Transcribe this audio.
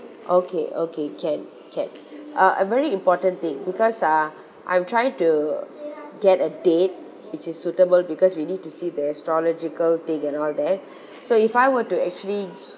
okay okay can can uh a very important thing because uh I'm trying to get a date which is suitable because we need to see the astrological thing and all that so if I were to actually